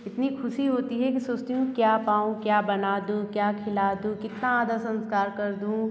इतनी ख़ुशी होती है कि सोचती हूँ क्या पाऊँ क्या बना दूँ क्या खिला दूँ कितना आदर संस्कार कर दूँ